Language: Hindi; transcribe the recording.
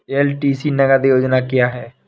एल.टी.सी नगद योजना क्या है?